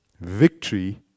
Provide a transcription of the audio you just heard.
Victory